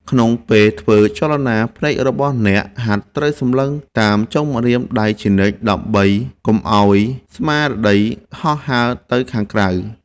ក្នុងពេលធ្វើចលនា ភ្នែករបស់អ្នកហាត់ត្រូវសម្លឹងតាមចុងម្រាមដៃជានិច្ច ដើម្បីកុំឱ្យស្មារតីហោះហើរទៅខាងក្រៅ។